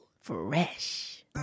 fresh